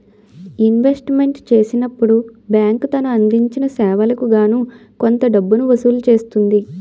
investment చేసినప్పుడు bank తను అందించిన సేవలకు గాను కొంత డబ్బును వసూలు చేస్తుంది